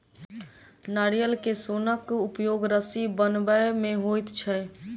नारियल के सोनक उपयोग रस्सी बनबय मे होइत छै